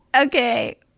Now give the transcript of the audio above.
Okay